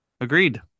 Agreed